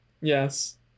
Yes